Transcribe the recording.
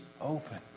open